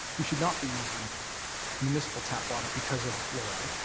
we should not be using municipal tap water because of the floor ride,